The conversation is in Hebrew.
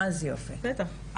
בטח.